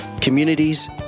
communities